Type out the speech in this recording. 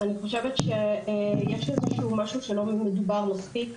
יש נושא שלא מדובר מספיק.